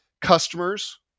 customers